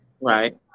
right